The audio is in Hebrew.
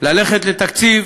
ללכת לתקציב